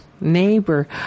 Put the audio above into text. neighbor